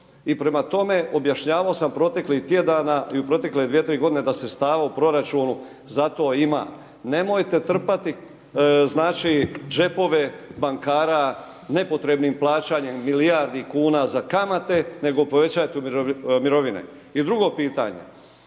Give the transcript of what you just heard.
i prema tome objašnjavao sam proteklih tjedana i u protekle dvije tri godine da stav o proračunu za to ima. Nemojte trpati znači džepove bankara nepotrebnih plaćanjem milijardi kuna za kamate nego povećajte mirovine. I drugo pitanje,